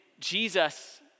Jesus